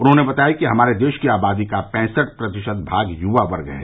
उन्होंने बताया कि हमारे देश की आबादी का पैसठ प्रतिशत भाग युवा वर्ग है